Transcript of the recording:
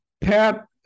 Pat